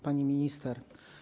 Pani Minister!